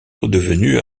redevenue